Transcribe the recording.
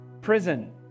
prison